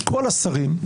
כל השרים,